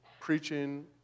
preaching